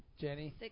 Jenny